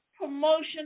Promotion